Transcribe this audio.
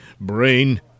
brain